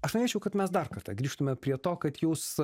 aš norėčiau kad mes dar kartą grįžtume prie to kad jūs